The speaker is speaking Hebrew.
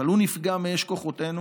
אבל הוא נפגע מאש כוחותינו.